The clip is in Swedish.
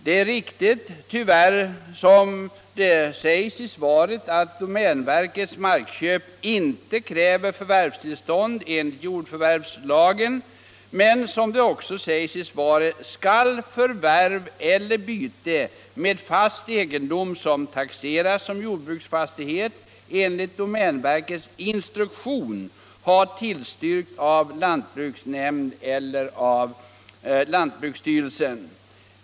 Det är riktigt — tyvärr — som det sägs i svaret att domänverkets markköp inte kräver förvärvstillstånd enligt jordförvärvslagen. Men som det också sägs i svaret skall förvärv eller byte av fast egendom som taxerats som jordbruksfastighet enligt domänverkets instruktion ha tillstyrkts av lantbruksnämnd eller lantbruksstyrelsen.